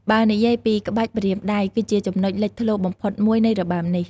បើនិយាយពី ក្បាច់ម្រាមដៃ គឺជាចំណុចលេចធ្លោបំផុតមួយនៃរបាំនេះ។